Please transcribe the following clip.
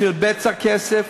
בשביל בצע כסף,